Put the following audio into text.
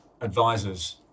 advisors